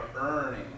earning